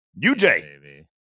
UJ